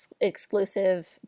exclusive